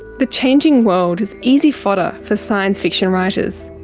the changing world is easy fodder for science fiction writers.